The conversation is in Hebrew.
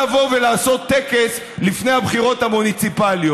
לבוא ולעשות טקס לפני הבחירות המוניציפליות.